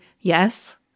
Yes